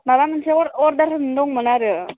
माबा मोनसे अरडार होनो दंमोन आरो